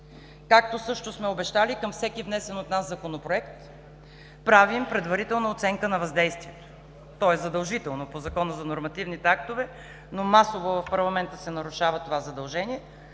Както също сме обещали, към всеки внесен от нас законопроект правим предварителна оценка на въздействието, то е задължително по Закона за нормативните актове, но масово в парламента това задължение